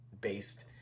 based